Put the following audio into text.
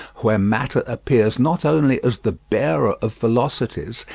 where matter appears not only as the bearer of velocities,